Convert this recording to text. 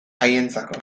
haientzako